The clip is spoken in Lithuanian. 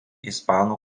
ispanų